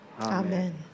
Amen